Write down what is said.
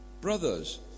brothers